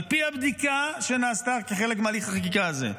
על פי הבדיקה שנעשתה כחלק מהליך החקיקה הזה,